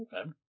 okay